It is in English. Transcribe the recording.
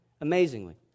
Amazingly